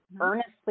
earnestly